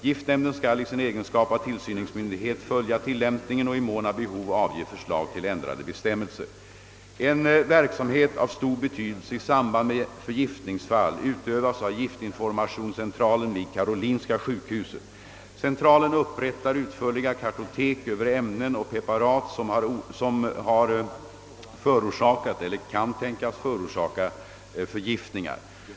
Giftnämnden skall i sin egenskap av tillsynsmyndighet följa tillämpningen och i mån av behov avge förslag till ändrade bestämmelser. En verksamhet av stor betydelse i samband med förgiftningsfall utövas av giftinformationscentralen vid karolinska sjukhuset. Centralen upprättar utförliga kartotek över ämnen och preparat som har förorsakat eller kan tänkas förorsaka förgiftningar.